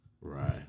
Right